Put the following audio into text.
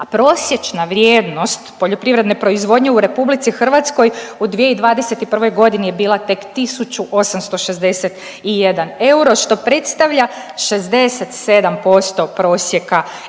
a prosječna vrijednost poljoprivredne proizvodnje u RH u 2021.g. je bila tek 1.861 euro što predstavlja 67% prosjeka